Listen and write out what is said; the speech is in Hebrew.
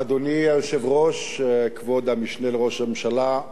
אדוני היושב-ראש, כבוד המשנה לראש הממשלה,